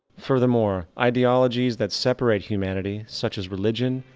furthermore, ideologies that separate humanity, such as religion,